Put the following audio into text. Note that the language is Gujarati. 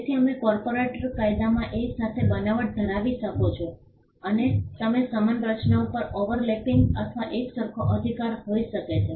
તેથી તમે કોર્પોરેટ કાયદામાં એક સાથે બનાવટ ધરાવી શકો છો અને તમને સમાન રચનાઓ પર ઓવરલેપિંગ અથવા એક સરખો અધિકાર હોઈ શકે છે